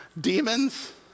demons